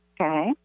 Okay